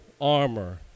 armor